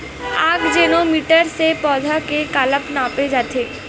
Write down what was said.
आकजेनो मीटर से पौधा के काला नापे जाथे?